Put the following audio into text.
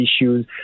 issues